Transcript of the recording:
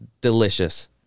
delicious